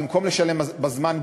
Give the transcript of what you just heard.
במקום לשלם בזמן,